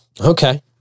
Okay